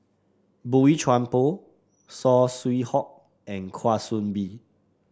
Boey Chuan Poh Saw Swee Hock and Kwa Soon Bee